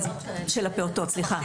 של הפעוטות, סליחה.